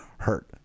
hurt